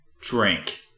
drink